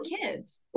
kids